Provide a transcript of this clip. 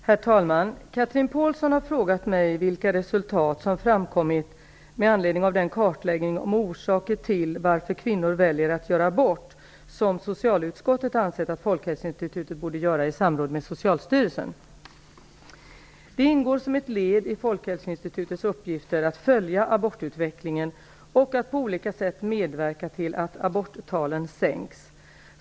Herr talman! Chatrine Pålsson har frågat mig vilka resultat som framkommit med anledning av den kartläggning om orsaker till att kvinnor väljer att göra abort som socialutskottet ansett att Folkhälsoinstitutet borde göra i samråd med Socialstyrelsen. Det ingår som ett led i Folkhälsoinstitutets uppgifter att följa abortutvecklingen och att på olika sätt medverka till att aborttalen sänks.